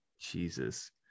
Jesus